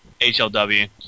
HLW